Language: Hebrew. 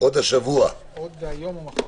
עוד היום או מחר.